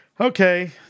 Okay